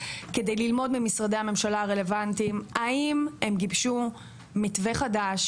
כדי ללמוד ממשרדי הממשלה הרלוונטיים האם הם גיבשו מתווה חדש,